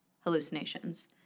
hallucinations